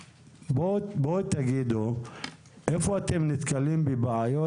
אני מבקש שתגידו איפה אתם נתקלים בבעיות,